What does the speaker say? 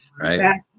Right